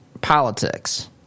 politics